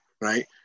right